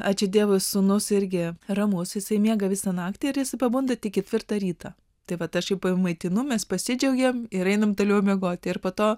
ačiū dievui sūnus irgi ramus jisai miega visą naktį ir jis pabunda tik ketvirtą ryto tai vat aš jį pamaitinu mes pasidžiaugėm ir einam toliau miegoti ir po to